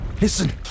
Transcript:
listen